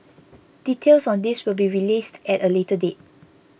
details on this will be released at a later date